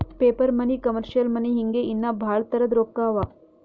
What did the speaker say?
paper money, commercial money ಹಿಂಗೆ ಇನ್ನಾ ಭಾಳ್ ತರದ್ ರೊಕ್ಕಾ ಅವಾ